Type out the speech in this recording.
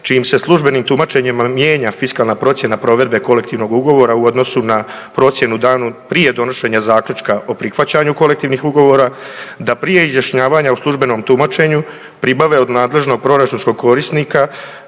čime se službenim tumačenjem mijenja fiskalna procjena provedbe kolektivnih ugovora u odnosu na procjenu danu prije donošenja zaključka o prihvaćanju kolektivnih ugovora, da prije izjašnjavanja u službenom tumačenju pribave od nadležnog proračunskog korisnika